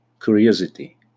curiosity